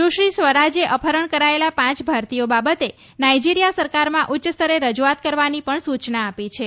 સુશ્રી સ્વરાજે અપહરણ કરાયેલા પાંચ ભારતીયો બાબતે નાઇજીરીયા સરકારમાં ઉચ્ચ સ્તરે રજૂઆત કરવાની પણ સૂચના આપી છે